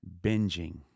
binging